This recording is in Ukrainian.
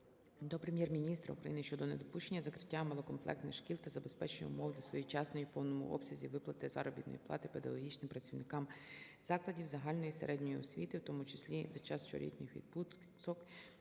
до Прем'єр-міністра України щодо недопущення закриття малокомплектних шкіл та забезпечення умов для своєчасної і в повному обсязі виплати заробітної плати педагогічним працівникам закладів загальної середньої освіти, в тому числі за час щорічних відпусток,